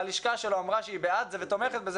הלשכה שלו אמרה שהיא בעד זה ותומכת בזה